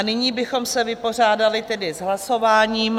Nyní bychom se vypořádali s hlasováním.